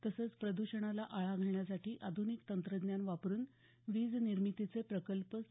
तसंच प्रद्षणाला आळा घालण्यासाठी आधुनिक तंत्रज्ञान वापरून वीज निर्मितीचे प्रकल्प सुरू केले आहेत